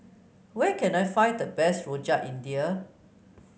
where can I find the best Rojak India